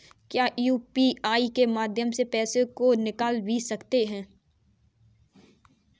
क्या यू.पी.आई के माध्यम से पैसे को निकाल भी सकते हैं?